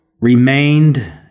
remained